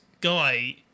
guy